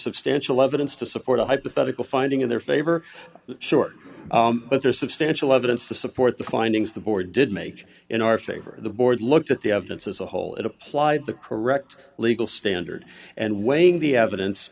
substantial evidence to support a hypothetical finding in their favor short but there is substantial evidence to support the findings the board did make in our favor the board looked at the evidence as a whole it applied the correct legal standard and weighing the evidence